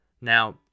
Now